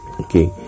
okay